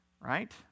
right